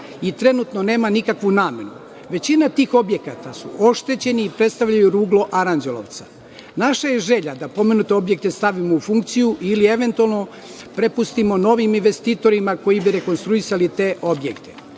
i trenutno nema nikakve namene. Većina tih objekata su oštećeni i predstavljaju ruglo Aranđelovca. Naša je želja da pomenute objekte stavimo u funkciju ili eventualno prepustimo novim investitorima koji bi rekonstruisali te objekte.